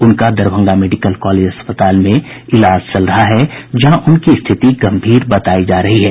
उनका Darbhanga medical college अस्पताल में इलाज चल रहा है जहां उनकी स्थिति गम्भीर बतायी जा रही है